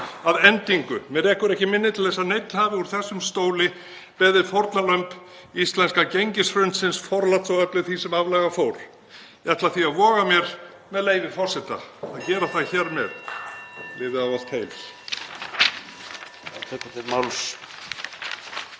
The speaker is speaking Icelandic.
Að endingu. Mig rekur ekki minni til þess að neinn hafi úr þessum stóli beðið fórnarlömb íslenska gengishrunsins forláts á öllu því sem aflaga fór. Ég ætla því að voga mér, með leyfi forseta, að gera það hér með. — Lifið ávallt heil. SPEECH_END ---